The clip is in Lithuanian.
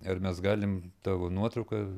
ar mes galim tavo nuotrauką